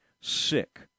sick